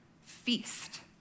Feast